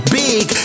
big